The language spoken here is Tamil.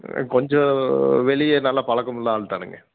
கொஞ்சம் வெளியே நல்ல பழக்கமுள்ள ஆளுதானுங்க